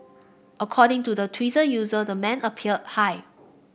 according to the Twitter user the man appeared high